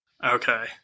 Okay